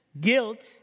Guilt